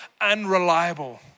unreliable